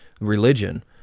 religion